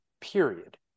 period